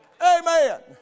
amen